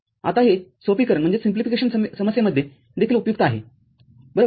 आता हे सोपीकरण समस्येमध्ये देखील उपयुक्त आहे बरोबर